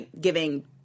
giving